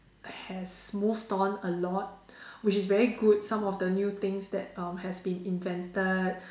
has moved on a lot which is very good some of the new things that um has been invented